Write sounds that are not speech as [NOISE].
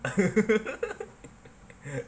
[LAUGHS]